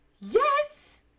yes